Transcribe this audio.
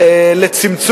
"אדם טבע ודין",